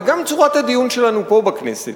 וגם צורת הדיון שלנו פה בכנסת,